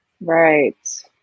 Right